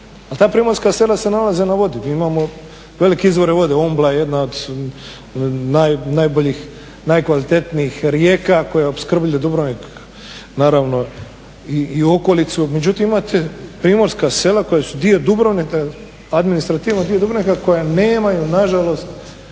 ta primorska sela se nalaze na vodi. Mi imamo velike izvore vode, Ombla je jedna od najboljih, najkvalitetnijih rijeka koja opskrbljuje Dubrovnik, naravno i okolicu. Međutim, imate primorska sela koja su dio Dubrovnika, administrativno dio Dubrovnika koja nemaju nažalost